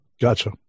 Gotcha